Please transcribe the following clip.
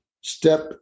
Step